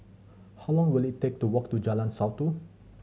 how long will it take to walk to Jalan Satu